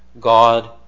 God